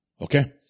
okay